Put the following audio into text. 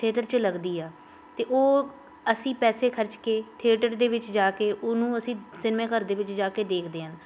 theatre 'ਚ ਲੱਗਦੀ ਆ ਅਤੇ ਉਹ ਅਸੀਂ ਪੈਸੇ ਖਰਚ ਕੇ ਥਿਏਟਰ ਦੇ ਵਿੱਚ ਜਾ ਕੇ ਉਹਨੂੰ ਅਸੀਂ ਸਿਨਮੇ ਘਰ ਦੇ ਵਿੱਚ ਜਾ ਕੇ ਦੇਖਦੇ ਹਾਂ